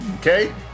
okay